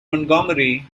montgomery